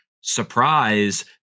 surprise